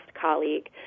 colleague